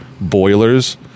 boilers